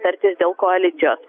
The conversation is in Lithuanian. tartis dėl koalicijos